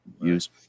use